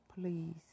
please